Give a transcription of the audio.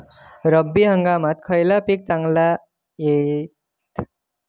रब्बी हंगामाक खयला पीक चांगला होईत?